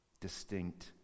Distinct